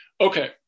Okay